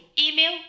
Email